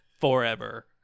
forever